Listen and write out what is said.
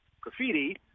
graffiti